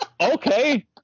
Okay